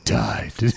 died